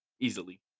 easily